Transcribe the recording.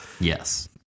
yes